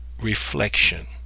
reflection